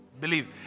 believe